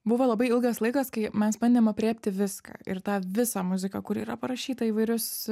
buvo labai ilgas laikas kai mes bandėm aprėpti viską ir tą visą muziką kuri yra parašyta įvairius